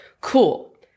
cool